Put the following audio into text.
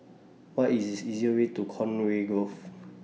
What IS The easiest Way to Conway Grove